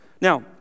Now